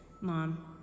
Mom